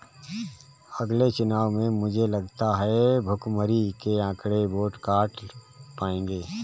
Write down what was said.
अगले चुनाव में मुझे लगता है भुखमरी के आंकड़े वोट काट पाएंगे